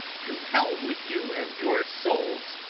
to hell with you and your souls!